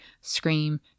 scream